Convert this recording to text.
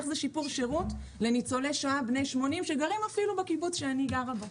זה שיפור שירות לניצולי שואה בני 80 שגרים בקיבוץ שאני גרה בו.